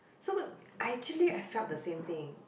so was I actually I felt the same thing